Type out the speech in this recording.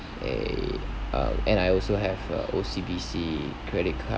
eh uh and I also have a O_C_B_C credit card